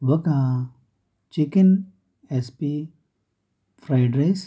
ఒక chicken SP fried rice